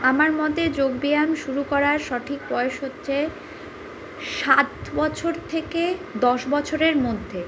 আমার মতে যোগব্যায়াম শুরু করার সঠিক বয়স হচ্ছে সাত বছর থেকে দশ বছরের মধ্যে